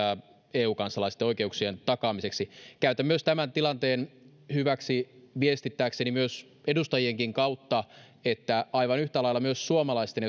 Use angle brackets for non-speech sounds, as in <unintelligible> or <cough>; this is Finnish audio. eu kansalaisten oikeuksien takaamiseksi käytän tämän tilanteen hyväksi viestittääkseni myös edustajienkin kautta että aivan yhtä lailla myös suomalaisten <unintelligible>